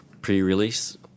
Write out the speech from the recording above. pre-release